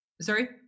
Sorry